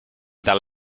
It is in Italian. dar